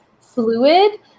fluid